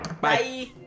bye